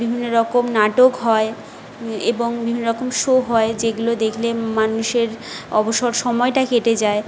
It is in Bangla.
বিভিন্ন রকম নাটক হয় এবং বিভিন্ন রকম শো হয় যেগুলো দেখলে মানুষের অবসর সময়টা কেটে যায়